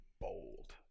bold